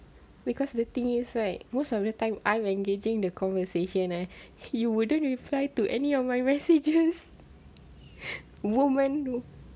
because the thing is like most of the time I'm engaging the conversation eh he wouldn't reply to any of my messages woman do